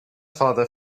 father